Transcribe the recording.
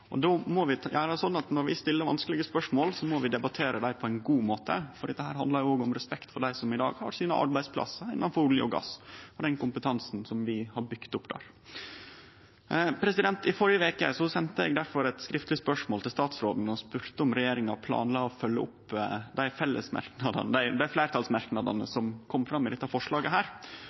Då må det vere slik at når vi stiller vanskelege spørsmål, må vi debattere dei på ein god måte, for dette handlar òg om respekt for dei som i dag har arbeidsplassane sine innanfor olje og gass, og den kompetansen som vi har bygt opp der. I førre veke sende eg difor eit skriftleg spørsmål til statsråden og spurte om regjeringa planla å følgje opp dei fleirtalsmerknadene som kom fram i samband med dette forslaget.